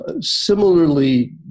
similarly